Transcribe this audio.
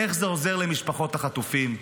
איך זה עוזר למשפחות החטופים?